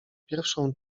pierwszą